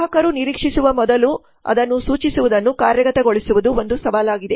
ಗ್ರಾಹಕರು ನಿರೀಕ್ಷಿಸುವ ಮೊದಲು ಅದನ್ನು ಸೂಚಿಸುವುದನ್ನು ಕಾರ್ಯಗತಗೊಳಿಸುವುದು ಒಂದು ಸವಾಲಾಗಿದೆ